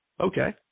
okay